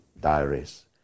diaries